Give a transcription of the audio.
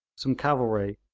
some cavalry,